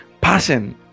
Passion